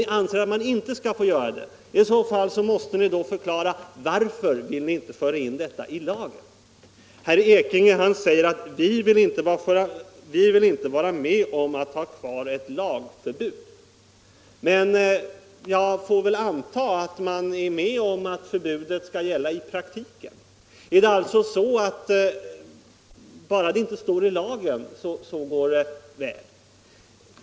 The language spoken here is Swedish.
Är det alltså så att det går bra bara det inte står i lagen?